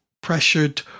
pressured